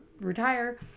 retire